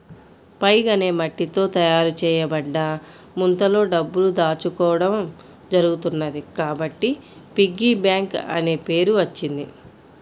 pig అనే మట్టితో తయారు చేయబడ్డ ముంతలో డబ్బులు దాచుకోవడం జరుగుతున్నది కాబట్టి పిగ్గీ బ్యాంక్ అనే పేరు వచ్చింది